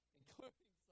including